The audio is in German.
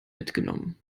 mitgenommen